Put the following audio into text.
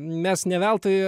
mes ne veltui